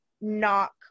knock